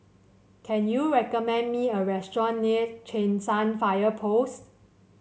can you recommend me a restaurant near Cheng San Fire Post